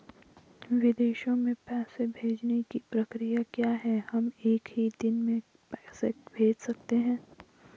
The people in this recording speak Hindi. विदेशों में पैसे भेजने की प्रक्रिया क्या है हम एक ही दिन में पैसे भेज सकते हैं?